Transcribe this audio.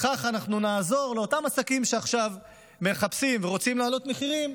בכך אנחנו נעזור לאותם עסקים שעכשיו מחפשים ורוצים להעלות מחירים,